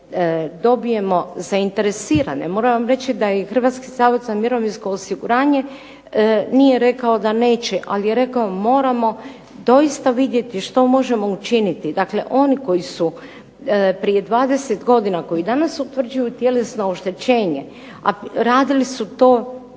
dobijemo zainteresirane. Moram vam reći da je i Hrvatski zavod za mirovinsko osiguranje nije rekao da neće, ali je rekao doista vidjeti što možemo učiniti. Dakle, oni koji su prije 20 godina koji danas utvrđuju tjelesno oštećenje, a radili su to